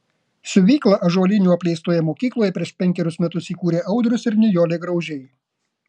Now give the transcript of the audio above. siuvyklą ąžuolinių apleistoje mokykloje prieš penkerius metus įkūrė audrius ir nijolė graužiai